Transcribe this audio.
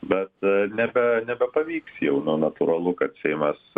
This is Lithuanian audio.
bet nebe nebepavyks jau nu natūralu kad seimas